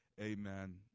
Amen